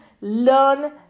learn